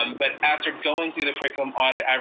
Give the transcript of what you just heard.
um but after going through the curriculum audit,